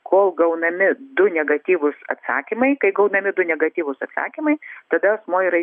kol gaunami du negatyvūs atsakymai kai gaunami du negatyvūs atsakymai tada asmuo yra